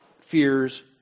fears